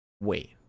wait